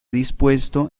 dispuesto